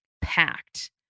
packed